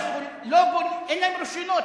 אין להם רשיונות,